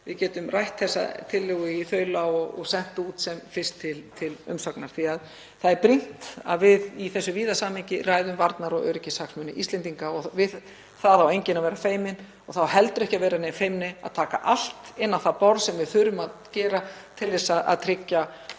við getum rætt þessa tillögu í þaula og sent út sem fyrst til umsagnar. Það er brýnt að við í þessu víða samhengi ræðum varnar- og öryggishagsmuni Íslendinga og við það á enginn að vera feiminn. Það á heldur ekki að vera nein feimni við að taka allt inn á það borð sem við þurfum að gera til þess að tryggja